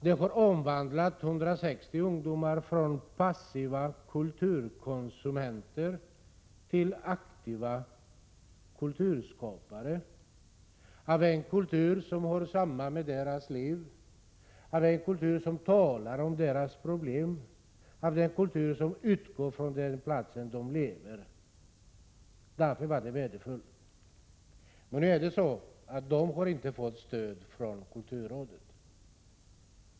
Det har omvandlat 160 ungdomar från passiva kulturkonsumenter till aktiva kulturskapare av en kultur som hör samman med deras liv, av en kultur som talar om deras problem och som utgår från den plats där de lever. Därför var det värdefullt. Men de har inte fått stöd från kulturrådet.